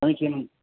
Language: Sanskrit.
समीचीनम्